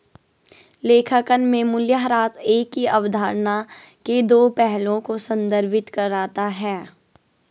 लेखांकन में मूल्यह्रास एक ही अवधारणा के दो पहलुओं को संदर्भित करता है